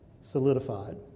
solidified